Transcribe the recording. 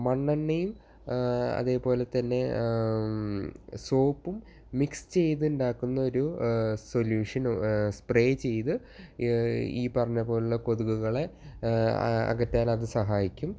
മണ്ണെണ്ണയും അതേപോലെ തന്നെ സോപ്പും മിക്സ് ചെയ്ത് ഉണ്ടാക്കുന്ന ഒരു സൊല്യൂഷൻ സ്പ്രേ ചെയ്തു ഈ പറഞ്ഞതു പോലുള്ള കൊതുകുകളെ അകറ്റാൻ അത് സഹായിക്കും